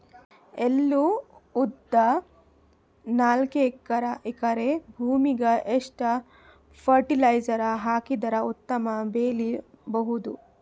ಎಳ್ಳು, ಉದ್ದ ನಾಲ್ಕಎಕರೆ ಭೂಮಿಗ ಎಷ್ಟ ಫರಟಿಲೈಜರ ಹಾಕಿದರ ಉತ್ತಮ ಬೆಳಿ ಬಹುದು?